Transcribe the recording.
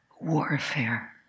warfare